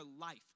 life